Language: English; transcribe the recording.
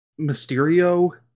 Mysterio